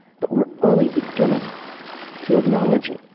but we're only beginning to acknowledge it,